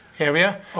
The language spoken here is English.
Area